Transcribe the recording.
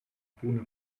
buna